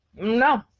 No